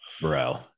bro